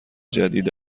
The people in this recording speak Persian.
جدید